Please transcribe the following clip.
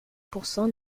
pourcent